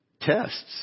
tests